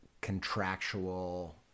contractual